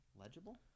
Legible